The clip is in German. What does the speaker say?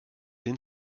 den